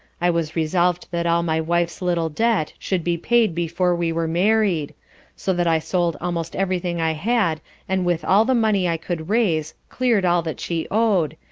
i was resolved that all my wife's little debt should be paid before we were married so that i sold almost every thing i had and with all the money i could raise cleared all that she owed,